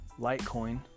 Litecoin